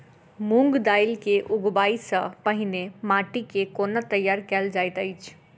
मूंग दालि केँ उगबाई सँ पहिने माटि केँ कोना तैयार कैल जाइत अछि?